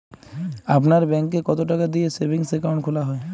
আপনার ব্যাংকে কতো টাকা দিয়ে সেভিংস অ্যাকাউন্ট খোলা হয়?